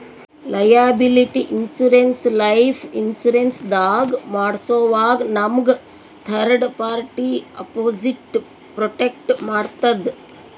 liability insurance life insurance ದಾಗ್ ಮಾಡ್ಸೋವಾಗ್ ನಮ್ಗ್ ಥರ್ಡ್ ಪಾರ್ಟಿ ಅಪೊಸಿಟ್ ಪ್ರೊಟೆಕ್ಟ್ ಮಾಡ್ತದ್